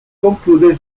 conclude